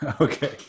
okay